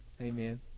Amen